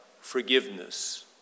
forgiveness